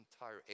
entire